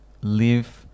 live